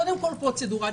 קודם כל, פרוצדורלית.